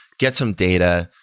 get some data,